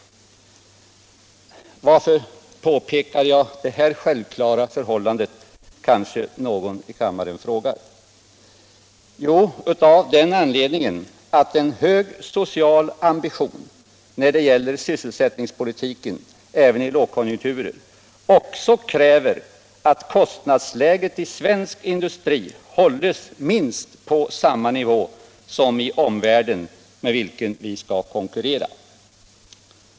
Någon i kammaren kanske undrar varför jag påpekar detta självklara förhållande. Jo, av den anledningen att en hög social ambition när det gäller sysselsättningspolitiken även vid lågkonjunkturer också kräver att kostnadsläget i svensk industri hålls minst på samma nivå som i omvärlden, med vilken vi skall konkurrera.